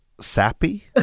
sappy